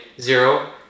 zero